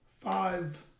five